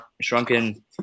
shrunken